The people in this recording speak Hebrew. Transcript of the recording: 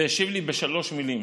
והשיב לי בשלוש מילים: